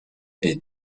est